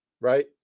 right